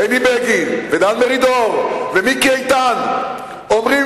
בני בגין ודן מרידור ומיקי איתן אומרים